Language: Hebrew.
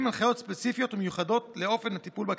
הנחיות ספציפיות ומיוחדות לאופן הטיפול בקטינים,